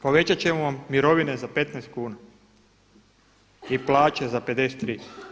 Povećat ćemo vam mirovine za 15 kuna i plaće za 53.